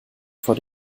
vor